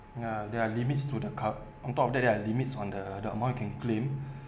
ya there are limits to the cup on top of that there are limits on the amount that you can claim